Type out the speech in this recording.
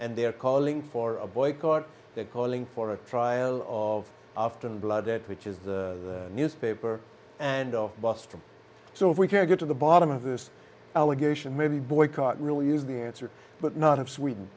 and they're calling for a boycott that calling for a trial of often blood that which is the newspaper and off buster so if we can get to the bottom of this allegation maybe boycott really is the answer but not of sweden